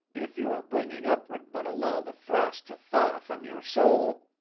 if your bringing up would but allow the frost to thaw from your soul.